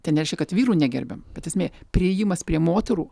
tai nereiškia kad vyrų negerbiam bet esmė priėjimas prie moterų